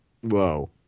Whoa